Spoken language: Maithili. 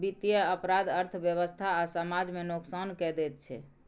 बित्तीय अपराध अर्थव्यवस्था आ समाज केँ नोकसान कए दैत छै